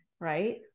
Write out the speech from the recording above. Right